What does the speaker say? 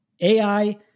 AI